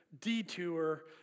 detour